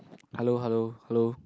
hello hello hello